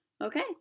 Okay